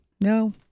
No